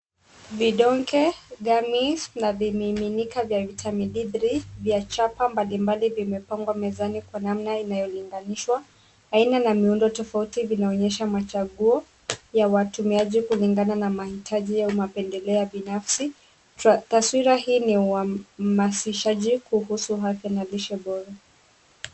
Vidonge, gummies na vimiminika vya vitamin D3 vya chapa mbalimbali vimepangwa mezani kwa namna inayolinganishwa. Aina na miundo tofauti vinaonyesha machaguo ya watumiaji kulingana na mahitaji au mapendelea binafsi. Taswira hii ni ya uhamishaji kuhusu afya na lishe bora.